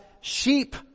sheep